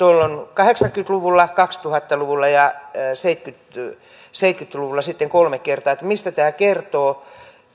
kahdeksankymmentä luvulla kaksituhatta luvulla ja seitsemänkymmentä luvulla kolme kertaa pohdin sitä mistä tämä kertoo